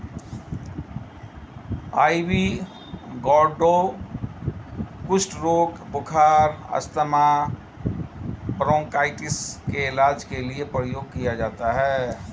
ivy gourd कुष्ठ रोग, बुखार, अस्थमा, ब्रोंकाइटिस के इलाज के लिए प्रयोग किया जाता है